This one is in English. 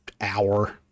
hour